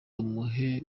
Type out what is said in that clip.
umuhe